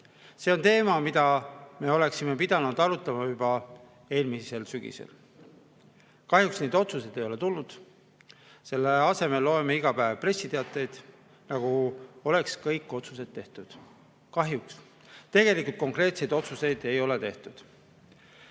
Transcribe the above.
See on teema, mida me oleksime pidanud arutama juba eelmisel sügisel. Kahjuks neid otsuseid ei ole tulnud. Selle asemel loeme iga päev pressiteateid, nagu oleks kõik otsused tehtud. Kahjuks tegelikult konkreetseid otsuseid ei ole tehtud.